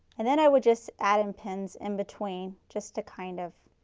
and then i would just add in pins in between just to kind of